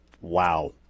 wow